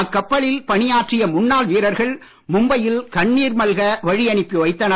அக்கப்பலில் பணியாற்றிய முன்னாள் வீரர்கள் மும்பையில் கண்ணீர் மல்க வழி அனுப்பிவைத்தனர்